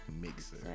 mixer